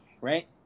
right